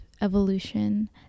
evolution